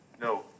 no